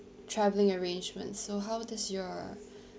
travelling arrangements so how does your